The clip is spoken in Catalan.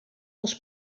dels